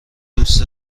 دوست